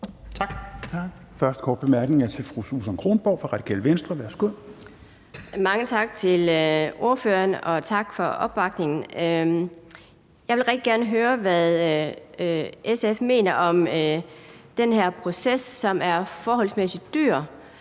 Den første korte bemærkning er til fru Susan Kronborg fra Radikale Venstre. Værsgo. Kl. 16:17 Susan Kronborg (RV): Mange tak til ordføreren, og tak for opbakningen. Jeg vil rigtig gerne høre, hvad SF mener om den her proces, som er forholdsvis dyr,